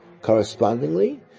Correspondingly